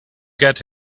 get